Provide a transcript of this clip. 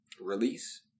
release